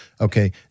okay